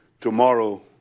tomorrow